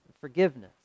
forgiveness